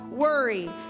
worry